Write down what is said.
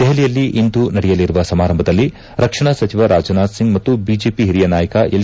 ದೆಹಲಿಯಲ್ಲಿ ಇಂದು ನಡೆಯಲಿರುವ ಸಮಾರಂಭದಲ್ಲಿ ರಕ್ಷಣಾ ಸಚಿವ ರಾಜನಾಥ್ ಸಿಂಗ್ ಮತ್ತು ಬಿಜೆಪಿ ಹಿರಿಯ ನಾಯಕ ಎಲ್